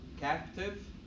captive